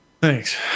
Thanks